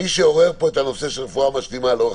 שמי שעורר פה את נושא הרפואה המשלימה לאורך